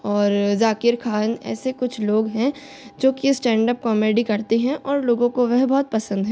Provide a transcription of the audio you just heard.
और ज़ाकिर खान ऐसे कुछ लोग हैं जो कि स्टैंड अप कॉमेडी करते हैं और लोगों को वह बहुत पसंद है